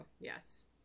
Yes